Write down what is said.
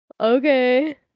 okay